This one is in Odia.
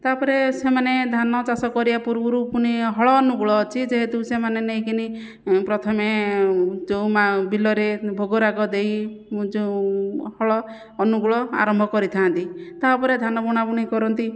ତା'ପରେ ସେମାନେ ଧାନଚାଷ କରିବା ପୂର୍ବରୁ ପୁଣି ହଳ ଅନୁକୂଳ ଅଛି ଯେହେତୁ ସେମାନେ ନେଇକିନି ପ୍ରଥମେ ଚଉ ମା' ବିଲରେ ଭୋଗରାଗ ଦେଇ ଯେଉଁ ହଳ ଅନୁକୂଳ ଆରମ୍ଭ କରିଥାଆନ୍ତି ତାପରେ ଧାନ ବୁଣାବୁଣି କରନ୍ତି